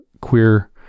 queer